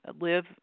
live